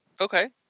Okay